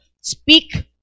speak